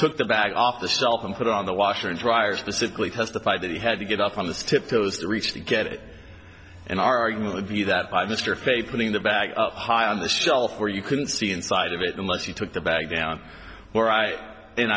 took the bag off the self and put on the washer and dryer specifically testified that he had to get up on the tip toes to reach the get it an argument would be that by mr fay putting the back up high on the shelf where you couldn't see inside of it unless you took the bag down we're right and